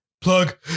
Plug